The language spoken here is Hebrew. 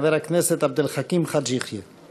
חבר הכנסת עבד אל חכים חאג' יחיא.